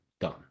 done